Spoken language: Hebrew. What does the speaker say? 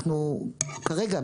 כרגע,